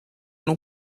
não